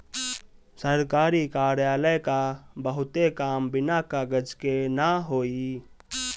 सरकारी कार्यालय क बहुते काम बिना कागज के ना होई